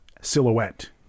silhouette